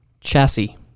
Chassis